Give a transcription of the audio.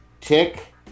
Tick